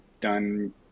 done